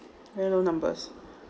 very low numbers